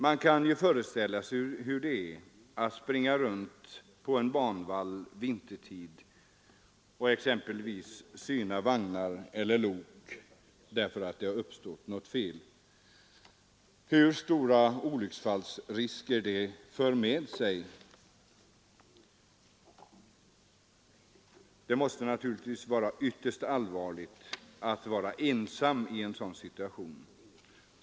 Man kan föreställa sig hur det är att springa runt på en banvall vintertid och exempelvis syna vagnar eller lok därför att ett fel uppstått och hur stora olycksfallsrisker det för med sig. Det måste naturligtvis vara ytterst allvarligt att vara ensam i en sådan situation.